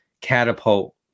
catapult